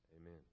Amen